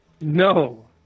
No